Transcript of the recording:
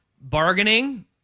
Bargaining